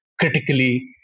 critically